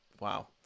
Wow